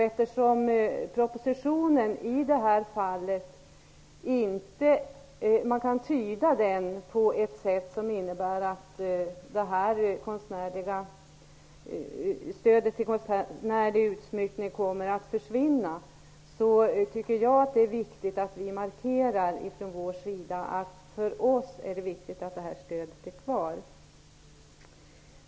Eftersom propositionen i det här fallet kan tydas så att stödet till konstnärlig utsmyckning kommer att försvinna, så tycker jag det är viktigt att vi från vår sida markerar att för oss är det viktigt att stödet är kvar.